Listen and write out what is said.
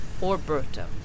Orberto